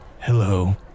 Hello